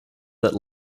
that